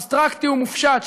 אבסטרקטי ומופשט,